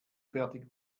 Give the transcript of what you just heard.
fertig